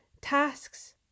tasks